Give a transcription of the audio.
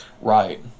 right